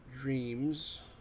dreams